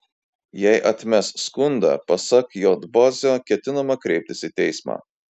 jei atmes skundą pasak j bozio ketinama kreiptis į teismą